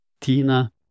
Tina